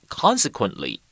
consequently